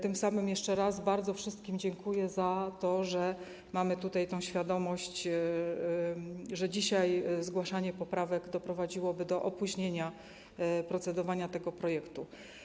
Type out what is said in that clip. Tym samym jeszcze raz bardzo wszystkim dziękuję za to, że mamy tutaj świadomość, że dzisiaj zgłaszanie poprawek doprowadziłoby do opóźnienia procedowania nad tym projektem.